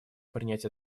принять